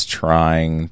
trying